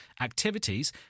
activities